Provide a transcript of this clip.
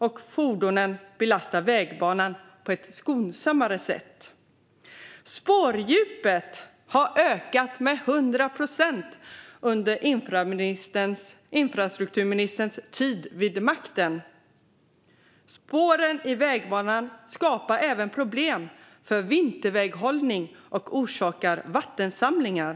Och fordonen belastar vägbanan på ett skonsammare sätt. Spårdjupet har ökat med 100 procent under infrastrukturministerns tid vid makten. Spåren i vägbanan skapar även problem för vinterväghållning och orsakar vattensamlingar.